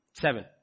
Seven